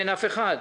אין אף אחד.